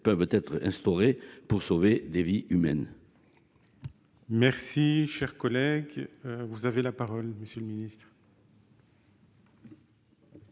peuvent être instaurés pour sauver des vies humaines.